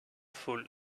fool